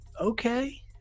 okay